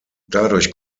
dadurch